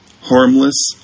harmless